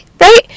right